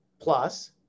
plus